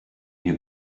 your